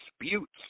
disputes